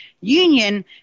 union